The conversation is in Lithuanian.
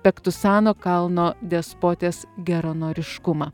pektusano kalno despotės geranoriškumą